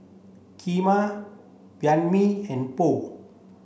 Kheema Banh Mi and Pho